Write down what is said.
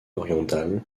orientale